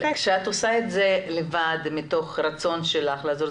אבל כשאת עושה את זה לבד מתוך רצון שלך לעזור,